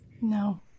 No